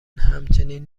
همچنین